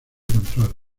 control